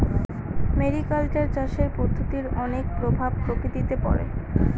mariculture চাষের পদ্ধতির অনেক প্রভাব প্রকৃতিতে পড়ে